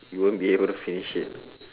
we won't be able to finish it